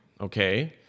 Okay